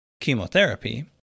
chemotherapy